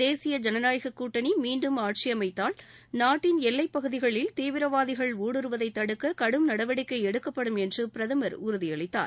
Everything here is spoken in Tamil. தேசிய ஜனநாயகக் கூட்டணி மீன்டும் ஆட்சி அமைத்தால் நாட்டின் எல்லைப் பகுதிகளில் ஊடுருவதை தடுக்க கடும் நடவடிக்கை எடுக்கப்படும் என்று பிரதமர் உறுதியளித்தார்